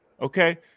okay